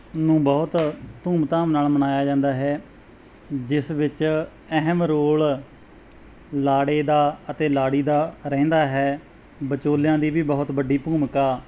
ਨੂੰ ਬਹੁਤ ਧੂਮ ਧਾਮ ਨਾਲ ਮਨਾਇਆ ਜਾਂਦਾ ਹੈ ਜਿਸ ਵਿੱਚ ਅਹਿਮ ਰੋਲ ਲਾੜੇ ਦਾ ਅਤੇ ਲਾੜੀ ਦਾ ਰਹਿੰਦਾ ਹੈ ਵਿਚੋਲਿਆਂ ਦੀ ਵੀ ਬਹੁਤ ਵੱਡੀ ਭੂਮਿਕਾ